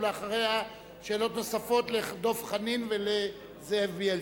אחריה, שאלות נוספות לדב חנין ולזאב בילסקי.